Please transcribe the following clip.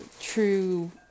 true